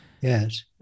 Yes